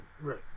Right